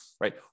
Right